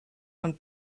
ond